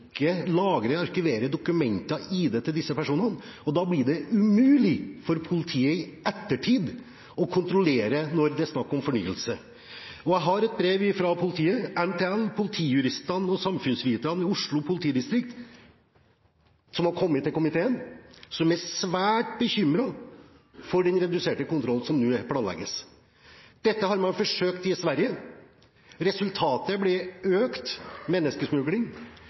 ettertid når det er snakk om fornyelse. Jeg har et brev fra NTL Politiet, Politijuristene og Samfunnsviterne i Oslo politidistrikt som har kommet til komiteen. De er svært bekymret for den reduserte kontrollen som nå planlegges. Dette har man forsøkt i Sverige. Resultatet blir økt menneskesmugling,